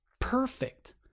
perfect